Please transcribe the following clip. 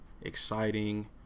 exciting